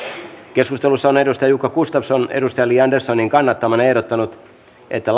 keskustelussa on jukka gustafsson li anderssonin kannattamana ehdottanut että